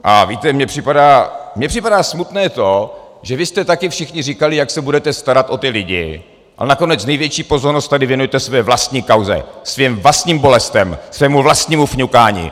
A víte, mně připadá smutné to, že vy jste taky všichni říkali, jak se budete starat o ty lidi, a nakonec největší pozornost tady věnujete své vlastní kauze, svým vlastním bolestem, svému vlastnímu fňukání.